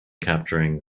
capturing